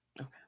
Okay